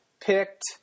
picked